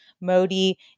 Modi